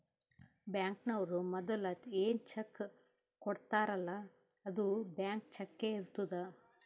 ಬ್ಯಾಂಕ್ನವ್ರು ಮದುಲ ಏನ್ ಚೆಕ್ ಕೊಡ್ತಾರ್ಲ್ಲಾ ಅದು ಬ್ಲ್ಯಾಂಕ್ ಚಕ್ಕೇ ಇರ್ತುದ್